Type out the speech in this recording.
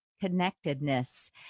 Connectedness